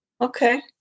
okay